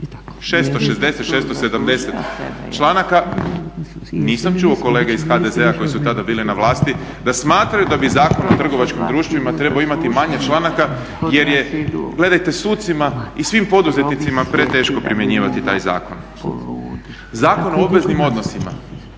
660, 670 članaka, nisam čuo kolege iz HDZ-a koji su tada bile na vlasti da smatraju da bi Zakon o trgovačkim društvima trebao imati manje članaka jer je gledajte sucima i svim poduzetnicima preteško primjenjivati taj zakon. Zakon o obveznim odnosima,